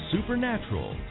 supernatural